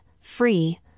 free